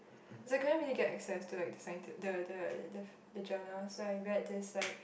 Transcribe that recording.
cause I couldn't really get access to like the scienti~ the the the the journal so I read this like